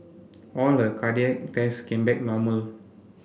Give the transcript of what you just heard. all her cardiac tests came back normal